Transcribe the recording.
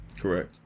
Correct